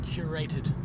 Curated